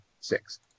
six